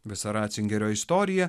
visa ratzingerio istorija